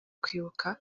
kwibuka